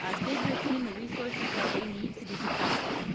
ah give your team the resources that they need to be successful.